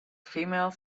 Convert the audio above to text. female